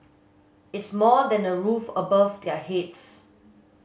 it's more than a roof above their heads